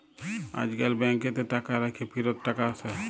আইজকাল ব্যাংকেতে টাকা রাইখ্যে ফিরত টাকা আসে